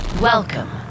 Welcome